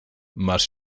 masz